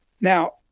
Now